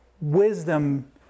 wisdom